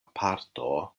parto